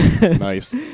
Nice